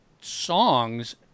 songs